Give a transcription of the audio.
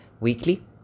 weekly